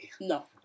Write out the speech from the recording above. No